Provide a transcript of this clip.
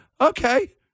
okay